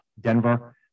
Denver